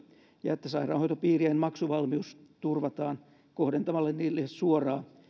ja että sairaanhoitopiirien maksuvalmius turvataan kohdentamalla niille suoraa